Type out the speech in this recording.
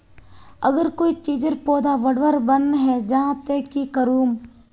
अगर कोई चीजेर पौधा बढ़वार बन है जहा ते की करूम?